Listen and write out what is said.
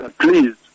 Please